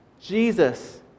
Jesus